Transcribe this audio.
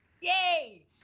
Yay